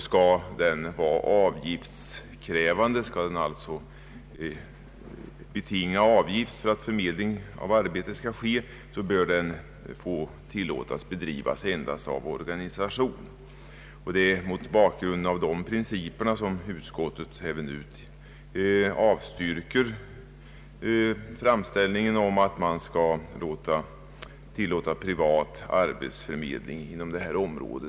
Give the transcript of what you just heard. Skall avgift utgå för förmedling av arbete, bör sådan förmedling få bedrivas endast av organisation. Det är mot bakgrunden av dessa principer som utskottet även nu avstyrker framställningen om att man skulle tilllåta privat arbetsförmedling inom detta område.